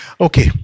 Okay